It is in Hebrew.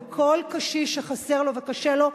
בכל קשיש שחסר לו וקשה לו.